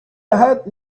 avat